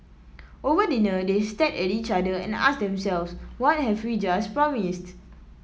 over dinner they stared at each other and asked themselves what have we just promised